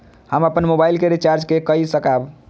हम अपन मोबाइल के रिचार्ज के कई सकाब?